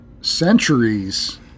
centuries